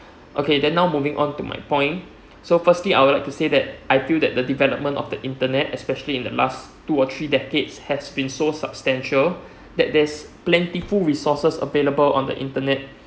okay then now moving on to my point so firstly I would like to say that I feel that development of the internet especially in the last two or three decades has been so substantial that there's plentiful resources available on the internet